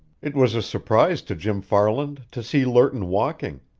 it was a surprise to jim farland to see lerton walking.